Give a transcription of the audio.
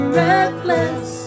reckless